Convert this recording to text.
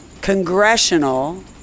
congressional